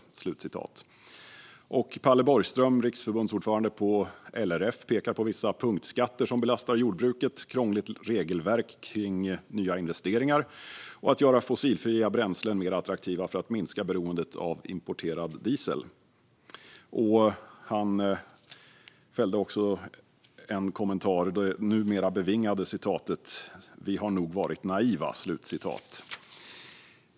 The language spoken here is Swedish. Palle Borgström, riksförbundsordförande på LRF, pekar på att vissa punktskatter belastar jordbruket, att regelverket för nya investeringar är krångligt och att fossilfria bränslen måste göras mer attraktiva för att minska beroendet av importerad diesel. Han fällde också kommentaren som numera blivit ett bevingat citat: "Vi har nog varit naiva."